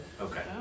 Okay